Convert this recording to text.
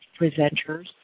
presenters